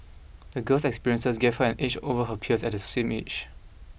the girl's experiences gave her an edge over her peers at the same age